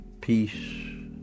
peace